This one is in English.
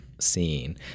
scene